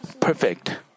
perfect